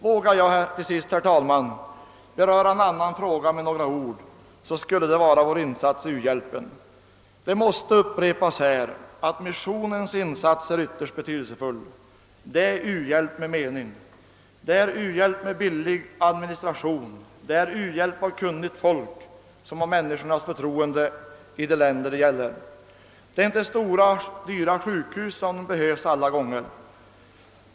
Vågar jag till sist, herr talman, beröra en annan fråga med några ord så skulle det vara vår insats i fråga om u-hjälp. Det måste upprepas att missionens insats är ytterst betydelsefull. Det är uhjälp med mening. Det är u-hjälp med billig administration. Det är u-hjälp av kunnigt folk som har människornas förtroende i de länder det gäller. Det är inte alla gånger stora dyra sjukhus som behövs.